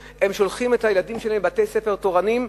שולחים את הילדים שלהם בגיל הצעיר לבתי-ספר תורניים,